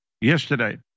yesterday